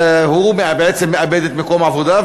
הוא בעצם מאבד את מקום העבודה,